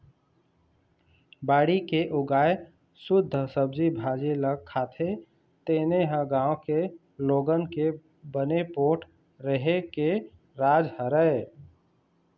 बाड़ी के उगाए सुद्ध सब्जी भाजी ल खाथे तेने ह गाँव के लोगन के बने पोठ रेहे के राज हरय